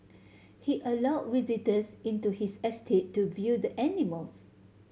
he allow visitors into his estate to view the animals